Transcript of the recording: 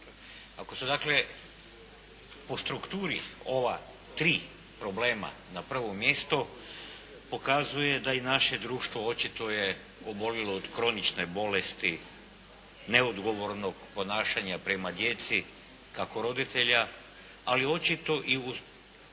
Ako su dakle po strukturi ova tri problema na prvom mjestu, pokazuje da i naše društvo očito je obolilo od kronične bolesti neodgovornog ponašanja prema djeci kako roditelja ali i očito i u